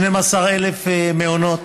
12,000,מעונות.